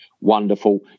wonderful